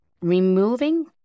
removing